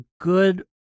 good